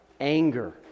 anger